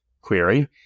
query